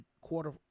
quarter